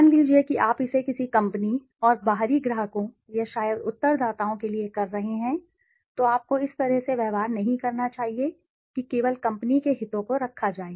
मान लीजिए कि आप इसे किसी कंपनी और बाहरी ग्राहकों या शायद उत्तरदाताओं के लिए कर रहे हैं तो आपको इस तरह से व्यवहार नहीं करना चाहिए कि केवल कंपनी के हितों को रखा जाए